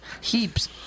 heaps